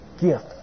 gift